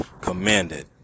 commended